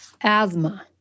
asthma